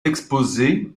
exposé